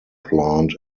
plant